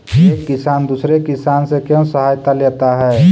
एक किसान दूसरे किसान से क्यों सहायता लेता है?